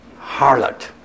harlot